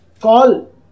call